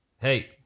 Hey